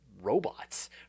robots